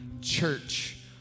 church